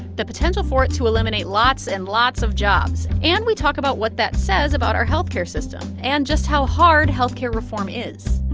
the potential for it to eliminate lots and lots of jobs. and we talk about what that says about our health care system and just how hard health care reform is